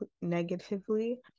negatively